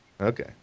Okay